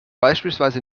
beispielsweise